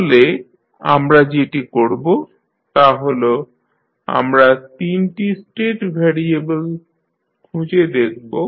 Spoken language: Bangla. তাহলে আমরা যেটি করব তা' হল আমরা 3 টি স্টেট ভ্যারিয়েবেল খুঁজে দেখব